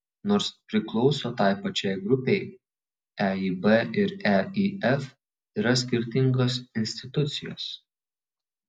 nors priklauso tai pačiai grupei eib ir eif yra skirtingos institucijos